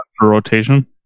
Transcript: rotation